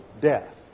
death